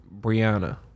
Brianna